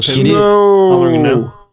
No